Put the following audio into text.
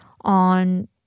on